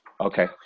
Okay